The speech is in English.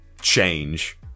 change